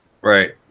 right